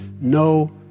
No